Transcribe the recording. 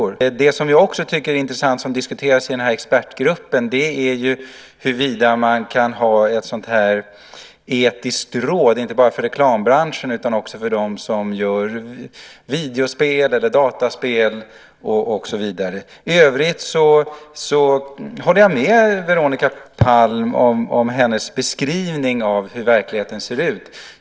I expertgruppen har något som jag också tycker är intressant diskuterats, nämligen huruvida man kan ha ett etiskt råd inte bara för reklambranschen utan också för dem som gör videospel, dataspel och så vidare. I övrigt håller jag med Veronica Palm om hennes beskrivning av hur verkligheten ser ut.